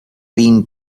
been